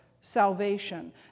salvation